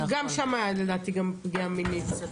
שגם שם הייתה, לדעתי, גם פגיעה מינית.